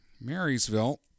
Marysville